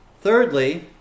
Thirdly